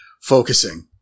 focusing